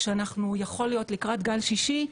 כאשר יכול להיות אנחנו לקראת גל שישי,